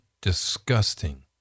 disgusting